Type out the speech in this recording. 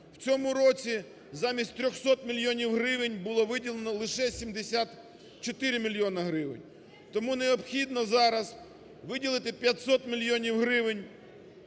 В цьому році замість 300 мільйонів гривень було виділено лише 74 мільйона гривень. Тому необхідна зараз виділити 500 мільйонів гривень